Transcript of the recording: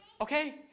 okay